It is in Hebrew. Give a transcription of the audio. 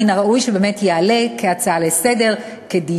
מן הראוי שבאמת יעלה כהצעה לסדר-היום,